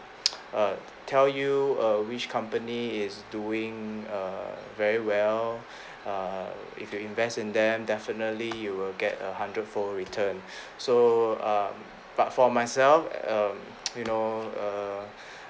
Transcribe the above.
err tell you err which company is doing err very well uh if you invest in them definitely you will get a hundred fold return so um but for myself um you know err